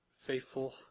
faithful